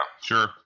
sure